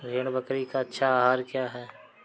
भेड़ बकरी का अच्छा आहार क्या है?